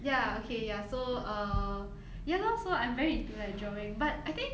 ya okay ya so uh ya lor so I'm very into like drawing but I think